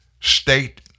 state